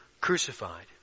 crucified